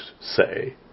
say